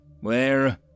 Where